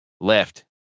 Left